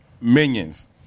minions